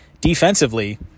Defensively